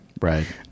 right